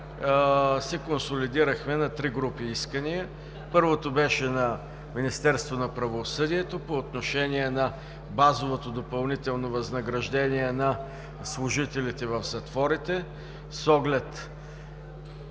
се консолидирахме на три групи искания. Първото беше на Министерството на правосъдието по отношение на базовото допълнително възнаграждение на служителите в затворите, с оглед